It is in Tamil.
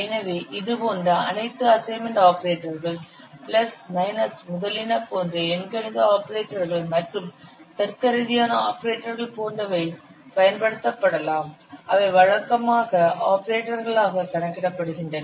எனவே இதுபோன்ற அனைத்து அசைன்மென்ட் ஆபரேட்டர்கள் பிளஸ் மைனஸ் முதலியன போன்ற எண்கணித ஆபரேட்டர்கள் மற்றும் தர்க்கரீதியான ஆபரேட்டர்கள் போன்றவை பயன்படுத்தப்படலாம் அவை வழக்கமாக ஆபரேட்டர்களாக கணக்கிடப்படுகின்றன